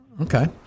Okay